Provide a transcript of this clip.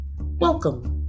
Welcome